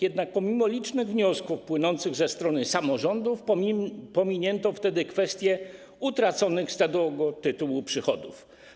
Jednak pomimo licznych wniosków płynących ze strony samorządów pominięto wtedy kwestię utraconych z tego tytułu przychodów.